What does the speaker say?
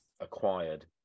acquired